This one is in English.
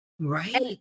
Right